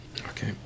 okay